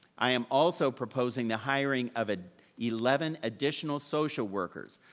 i am also proposing the hiring of ah eleven additional social workers,